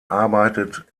arbeitet